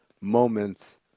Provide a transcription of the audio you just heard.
moments